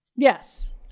Yes